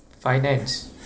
finance